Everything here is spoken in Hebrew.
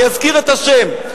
אני אזכיר את השם,